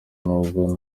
nubwo